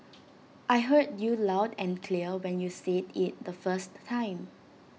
I heard you loud and clear when you said IT the first time